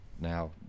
now